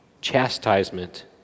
chastisement